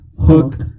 hook